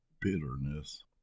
bitterness